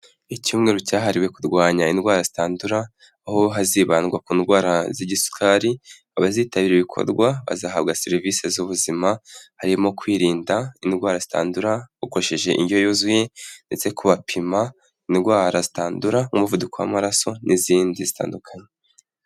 icyumweru cyahariwe kurwanya indwara zitandura, aho hazibandwa ku ndwara z'igisukari abazitabira ibikorwa bazahabwa serivisi z'ubuzima, harimo kwirinda indwara zitandu durakoreshesheje indyo yuzuye ndetse kubapima indwara zitandura umuvuduko w'amaraso n'izindi zitandukanye.